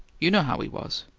you know how he was.